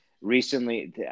recently